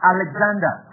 Alexander